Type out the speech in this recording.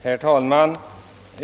Herr talman!